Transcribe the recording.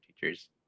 teachers